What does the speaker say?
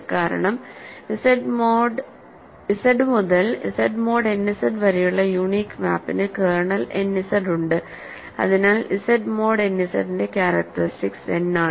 കാരണം Z മുതൽ Z mod n Z വരെയുള്ള യൂണീക് മാപ്പിന് കേർണൽ n Z ഉണ്ട് അതിനാൽ Z മോഡ് n Z ന്റെ ക്യാരക്ടറിസ്റ്റിക്സ് n ആണ്